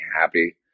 happy